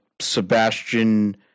Sebastian